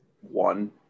one